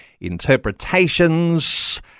interpretations